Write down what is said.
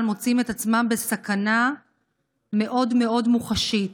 מוצאים את עצמם בסכנה מאוד מאוד מוחשית.